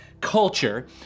culture